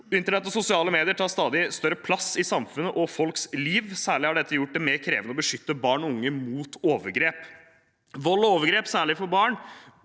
Internett og sosiale medier tar stadig større plass i samfunnet og folks liv. Særlig har dette gjort det mer krevende å beskytte barn og unge mot overgrep. Vold og overgrep, særlig mot barn,